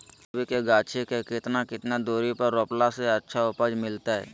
कोबी के गाछी के कितना कितना दूरी पर रोपला से अच्छा उपज मिलतैय?